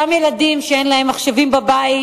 אותו ילד שאין לו מחשב בבית,